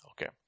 Okay